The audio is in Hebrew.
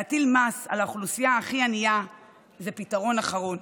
להטיל מס על האוכלוסייה הכי ענייה זה פתרון אחרון.